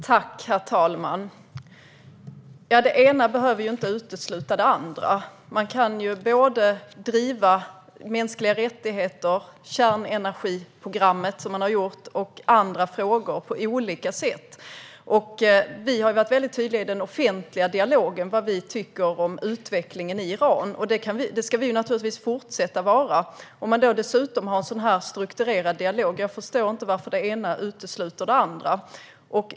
Herr talman! Det ena behöver inte utesluta det andra. Man kan både driva mänskliga rättigheter och kärnenergiprogrammet, vilket man har gjort, liksom andra frågor på olika sätt. Vi har varit väldigt tydliga i den offentliga dialogen med vad vi tycker om utvecklingen i Iran, och det ska vi naturligtvis fortsätta vara. Jag förstår inte varför en sådan här strukturerad dialog skulle utesluta annat.